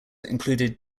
included